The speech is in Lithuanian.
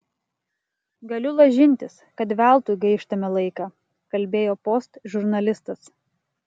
galiu lažintis kad veltui gaištame laiką kalbėjo post žurnalistas